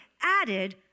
added